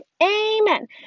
amen